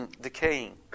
decaying